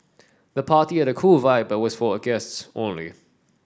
the party had a cool vibe but was for guests only